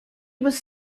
was